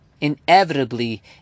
inevitably